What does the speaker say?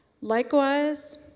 Likewise